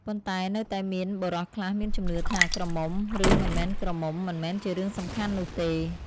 ប៉ុន្តែនៅតែមានបុរសខ្លះមានជំនឿថា ក្រមុំ ឬមិនមែនក្រមុំ មិនមែនជារឿងសំខាន់នោះទេ។